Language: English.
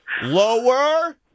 lower